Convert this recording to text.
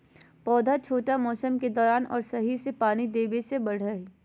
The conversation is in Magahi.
पौधा ठंढा मौसम के दौरान और सही से पानी देबे से बढ़य हइ